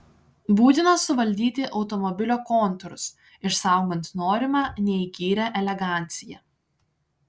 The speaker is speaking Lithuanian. būtina suvaldyti automobilio kontūrus išsaugant norimą neįkyrią eleganciją